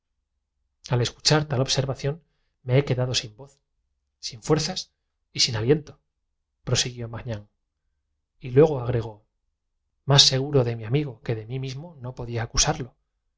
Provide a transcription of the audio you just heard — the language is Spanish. de aquí quedado sin voz sin fuerzas y sin aliento prosiguió magnán y luego llevándome cuanto de amistad hay en el mundo así pues moriré agregó más seguro de mi amigo que de mí mismo no podía acusarlo